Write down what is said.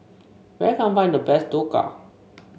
where can I find the best Dhokla